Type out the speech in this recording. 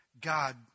God